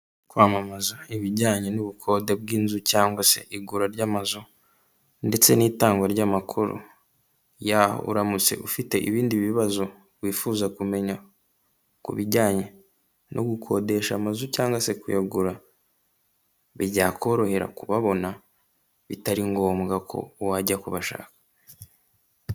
Inzu isize amabara y'iroza ndetse n'ibirahure, ni inzu y'amagorofa ane imbere yayo hahagaze ama modoka menshi ndetse n'umuntu umwe wambaye imyenda y'umweru uri hagati y'ayo ma modoka.